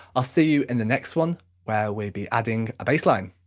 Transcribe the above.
i'll see you in the next one where we'll be adding a bassline.